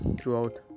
throughout